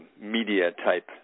media-type